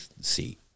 see